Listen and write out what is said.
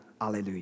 alleluia